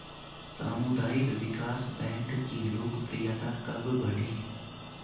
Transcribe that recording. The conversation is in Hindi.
सामुदायिक विकास बैंक की लोकप्रियता कब बढ़ी?